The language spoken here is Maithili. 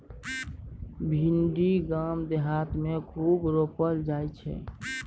भिंडी गाम देहात मे खूब रोपल जाई छै